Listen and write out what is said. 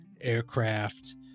aircraft